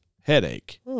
headache